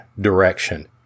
direction